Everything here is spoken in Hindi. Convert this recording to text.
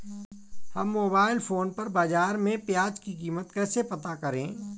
हम मोबाइल फोन पर बाज़ार में प्याज़ की कीमत कैसे पता करें?